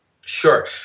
Sure